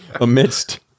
amidst